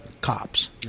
cops